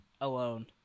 alone